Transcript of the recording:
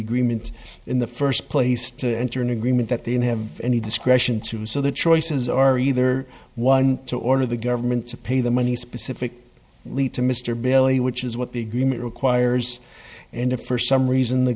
agreement in the first place to enter an agreement that they have any discretion to so the choices are either one to order the government to pay the money specific lead to mr bailey which is what the agreement requires and if for some reason the